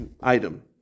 item